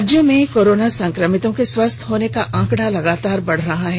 राज्य में कोरोना संक्रमितों के स्वस्थ होने का आंकड़ा लगातार बढ़ रहा है